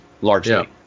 Largely